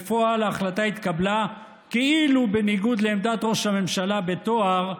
בפועל ההחלטה התקבלה כאילו בניגוד לעמדת ראש הממשלה בתואר,